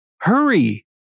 Hurry